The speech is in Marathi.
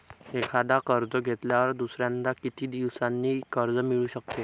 एकदा कर्ज घेतल्यावर दुसऱ्यांदा किती दिवसांनी कर्ज मिळू शकते?